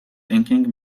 inking